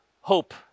hope